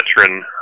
veteran